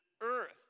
earth